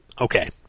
Okay